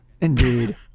Indeed